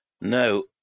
No